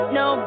no